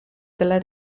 dalla